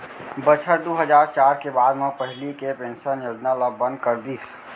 बछर दू हजार चार के बाद म पहिली के पेंसन योजना ल बंद कर दिस